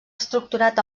estructurat